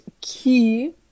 Key